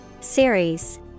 Series